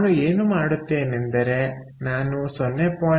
ನಾನು ಏನು ಮಾಡುತ್ತೇನೆಂದರೆ ನಾನು 0